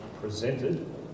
presented